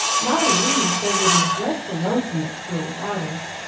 molly loo says it is dreadful lonesome at school without us.